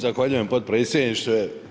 Zahvaljujem potpredsjedniče.